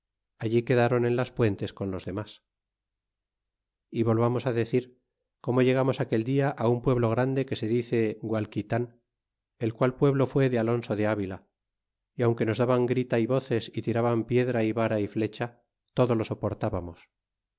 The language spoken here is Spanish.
allí quedaron en las puentes con los domas y volvamos á decir como llegamos aquel dia á un pueblo grande que se dice gualquitan el qual pueblo fué de alonso de avila y aunque nos daban grita y voces y tiraban piedra y vara y flecha todo lo soportábamos